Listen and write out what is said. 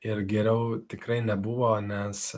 ir geriau tikrai nebuvo nes